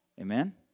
Amen